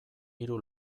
hiru